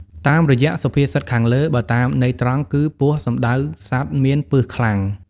តាមរយ:សុភាសិតខាងលើ បើតាមន័យត្រង់គឹ ពស់សំដៅសត្វមានពឹសខ្លាំង ។